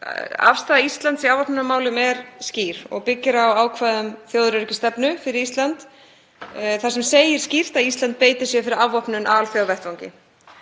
Afstaða Íslands í afvopnunarmálum er skýr og byggir á ákvæðum þjóðaröryggisstefnu fyrir Ísland þar sem segir skýrt að Ísland beiti sér fyrir afvopnun á alþjóðavettvangi.